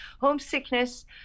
homesickness